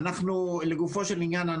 לגופו של עניין,